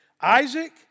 Isaac